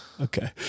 Okay